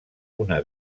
una